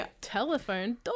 telephone